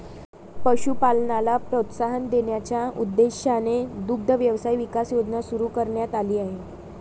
पशुपालनाला प्रोत्साहन देण्याच्या उद्देशाने दुग्ध व्यवसाय विकास योजना सुरू करण्यात आली आहे